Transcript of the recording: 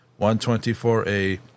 124a